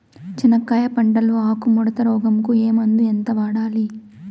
చెనక్కాయ పంట లో ఆకు ముడత రోగం కు ఏ మందు ఎంత వాడాలి?